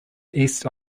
east